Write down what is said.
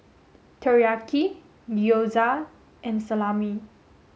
Teriyaki Gyoza and Salami